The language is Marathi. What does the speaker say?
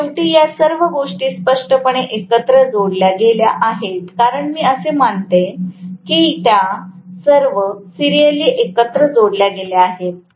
तर शेवटी या सर्व गोष्टी स्पष्टपणे एकत्र जोडल्या गेल्या आहेत कारण मी असे मानते की त्या सर्व सीरिअली एकत्र जोडल्या गेलेल्या आहेत